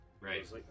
Right